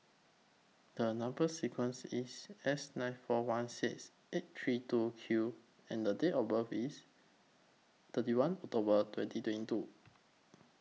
The Number sequence IS S nine four one six eight three two Q and The Date of birth IS thirty one October twenty twenty two